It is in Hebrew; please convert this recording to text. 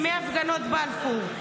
ימי הפגנות בלפור,